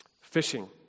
Fishing